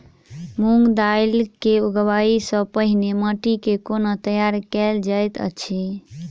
मूंग दालि केँ उगबाई सँ पहिने माटि केँ कोना तैयार कैल जाइत अछि?